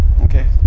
okay